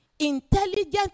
Intelligent